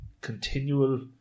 continual